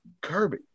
Kirby